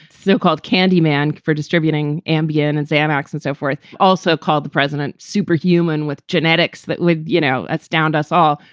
so-called candy man for distributing ambien and xanax and so forth, also called the president superhuman with genetics that would, you know, astound us all.